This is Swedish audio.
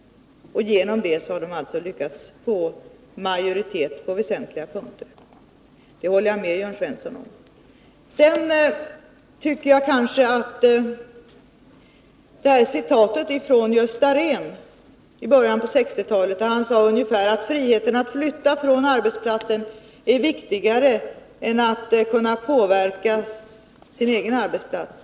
Därigenom har de lyckats få majoritet på väsentliga punkter. Sedan vill jag återkomma till citatet av Gösta Rehn från början av 1960-talet, där han sade att friheten att flytta från arbetsplatsen är viktigare än att kunna påverka sin arbetsplats.